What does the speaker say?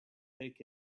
take